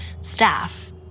staff